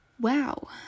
wow